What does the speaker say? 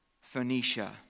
Phoenicia